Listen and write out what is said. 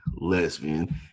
lesbian